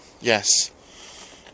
yes